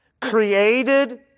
Created